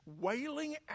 wailing